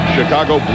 Chicago